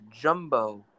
Jumbo